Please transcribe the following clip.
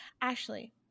Ashley